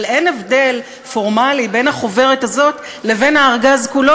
אבל אין הבדל פורמלי בין החוברת הזאת לבין הארגז כולו,